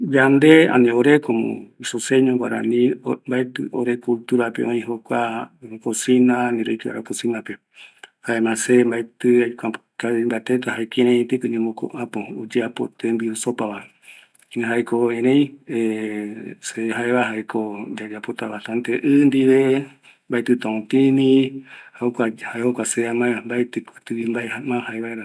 ﻿Yande ani ore komo isoseño guarani, o mbaetɨ orekosinape oï jokua kosina, ani roike vaera kosinape, jaema se maetɨ aikua kavi mbateta jae kiraieteiko äpo oyeapo tembiu sopava, jaeko erei se jaeva yayapota bastante ɨ ndive, mbaetɨta otïni, jokua, jokua se amaeva mbaeti kuti ma jaevaera